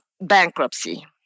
bankruptcy